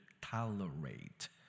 tolerate